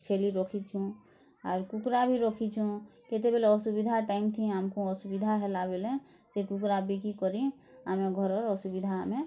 ଛେଲି ରଖିଛୁ ଆର୍ କୁକୁରା ବି ରଖିଛୁଁ କେତେବେଲେ ଅସୁବିଧା ଟାଇମ୍ ଥି ଆମ୍କୁ ଅସୁବିଧା ହେଲା ବେଲେ ସେ କୁକୁରା ବିକିକରି ଆମେ ଘରର୍ ଅସୁବିଧା ଆମେ